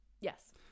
yes